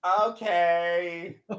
Okay